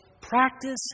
practice